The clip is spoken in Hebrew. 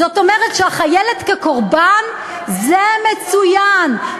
זאת אומרת שהחיילת כקורבן זה מצוין,